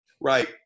Right